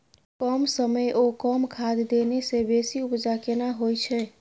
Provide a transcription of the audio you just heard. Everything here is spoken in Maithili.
कम समय ओ कम खाद देने से बेसी उपजा केना होय छै?